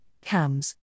CAMs